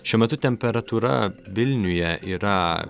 šiuo metu temperatūra vilniuje yra